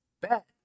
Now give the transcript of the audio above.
Bet